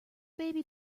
baby